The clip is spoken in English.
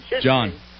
John